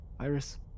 Iris